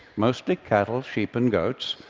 mostly cattle, sheep and goats,